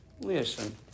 listen